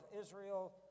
Israel